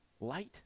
light